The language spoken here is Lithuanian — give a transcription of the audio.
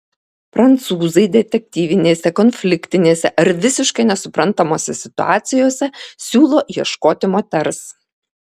prancūzai detektyvinėse konfliktinėse ar visiškai nesuprantamose situacijose siūlo ieškoti moters